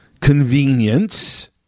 convenience